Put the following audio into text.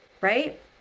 right